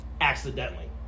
Accidentally